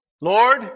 Lord